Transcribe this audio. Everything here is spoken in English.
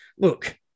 look